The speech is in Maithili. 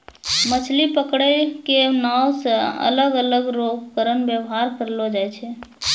मछली पकड़ै मे नांव से अलग अलग रो उपकरण वेवहार करलो जाय छै